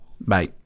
Bye